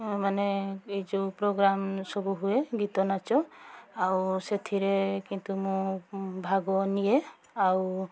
ମାନେ ଏଯେଉଁ ପ୍ରୋଗ୍ରାମ୍ ସବୁ ହୁଏ ଗୀତ ନାଚ ଆଉ ସେଥିରେ କିନ୍ତୁ ମୁଁ ଭାଗ ନିଏ ଆଉ